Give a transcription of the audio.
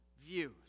views